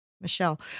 Michelle